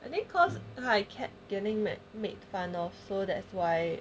I think cause I kept getting mad made fun of so that's why